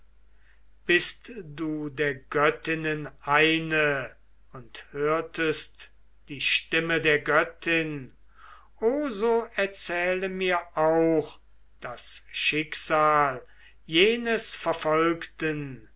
bist du der göttinnen eine und hörtest die stimme der göttin o so erzähle mir auch das schicksal jenes verfolgten